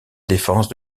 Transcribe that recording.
défense